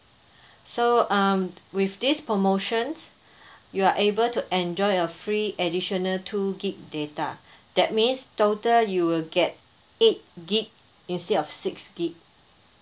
so um with these promotions you are able to enjoy a free additional two gig data that means total you will get eight gig instead of six gig